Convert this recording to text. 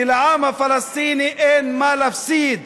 כי לעם הפלסטיני אין מה להפסיד.